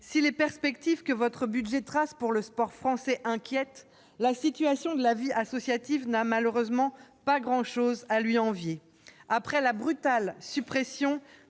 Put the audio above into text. Si les perspectives que votre budget trace pour le sport français inquiètent, la situation de la vie associative n'a malheureusement pas grand-chose à lui envier. Après la brutale suppression